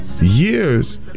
Years